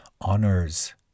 honors